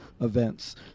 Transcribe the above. events